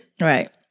Right